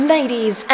Ladies